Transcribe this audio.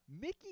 mickey